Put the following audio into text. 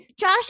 Josh